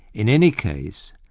in any case,